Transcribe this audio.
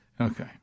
Okay